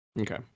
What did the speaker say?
Okay